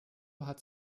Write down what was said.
hat